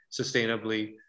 sustainably